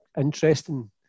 interesting